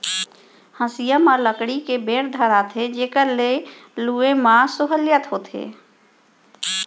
हँसिया म लकड़ी के बेंट धराथें जेकर ले लुए म सहोंलियत होथे